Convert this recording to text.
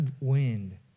wind